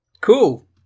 Cool